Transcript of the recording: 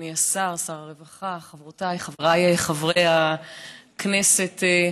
אדוני שר הרווחה, חבריי חברי הכנסת,